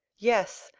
yes!